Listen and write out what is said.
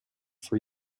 for